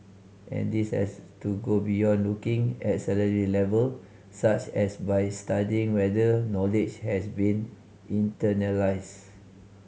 and this has to go beyond looking at salary level such as by studying whether knowledge has been internalised